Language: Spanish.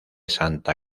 santa